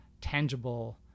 tangible